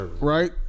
right